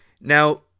Now